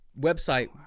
website